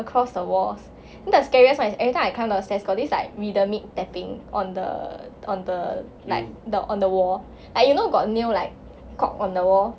across the walls then the scariest [one] is like everytime I climb down the stairs got this like rhythmic tapping on the on the like on the wall like you know got nail like on the wall